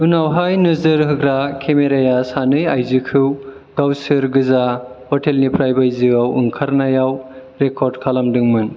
उनावहाय नोजोर होग्रा केमेराया सानै आइजोखौ गावसोरगोजा हटेलनिफ्राय बायजोआव ओंखारनायाव रेकर्ड खालामदोंमोन